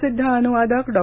प्रसिद्ध अनुवादक डॉ